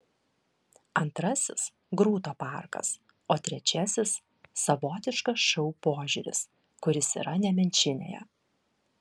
antrasis grūto parkas o trečiasis savotiškas šou požiūris kuris yra nemenčinėje